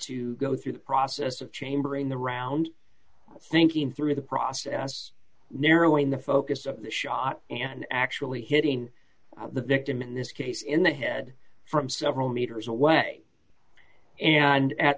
to go through the process of chambering the round thinking through the process narrowing the focus of the shot and actually hitting the victim in this case in the head from several meters away and at